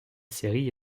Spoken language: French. série